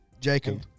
Jacob